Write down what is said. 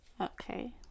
Okay